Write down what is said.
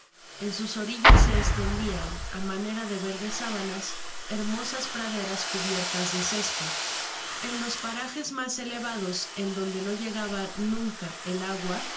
en sus orillas se estendian á manera de verdes sábanas hermosas praderas cubiertas de cesped í i h ii i en los parajes mas elevados en donde no llegaba nunca el agua es